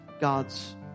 God's